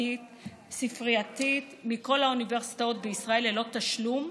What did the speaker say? בין-ספרייתית מכל האוניברסיטאות בישראל ללא תשלום,